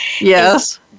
Yes